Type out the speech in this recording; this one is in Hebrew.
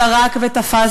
זרק ותפס,